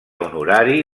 honorari